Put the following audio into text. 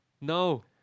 No